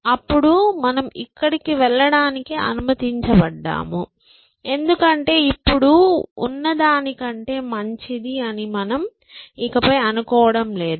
అప్పుడు మనం ఇక్కడకు వెళ్ళడానికి అనుమతించబడ్డాము ఎందుకంటే ఇప్పుడు ఉన్నదానికంటే మంచిది అని మనం ఇకపై అనుకోవడం లేదు